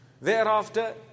thereafter